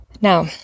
Now